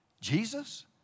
Jesus